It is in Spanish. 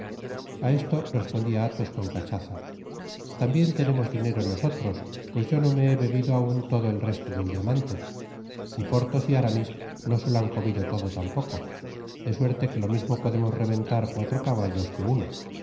a esto respondia atbos con cachaza tambien tenemos dinero nosotros pues yo no me he bebido aun todo el resto del diamante y porthos y aramis no se lo han comido todo tampoco de suerte que lo mismo podemos rebcntar cuatro caballos que uno